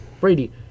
Brady